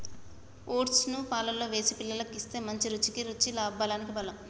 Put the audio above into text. oats ను పాలల్లో వేసి పిల్లలకు ఇస్తే మంచిది, రుచికి రుచి బలానికి బలం